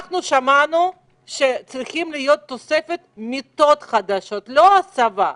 שמענו שצריכות להיות תוספת מיטות חדשות, לא הסבה.